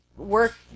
work